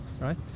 right